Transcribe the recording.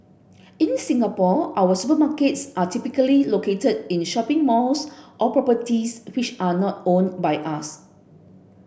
in Singapore our supermarkets are typically located in shopping malls or properties which are not owned by us